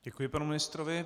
Děkuji panu ministrovi.